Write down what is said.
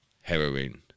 heroin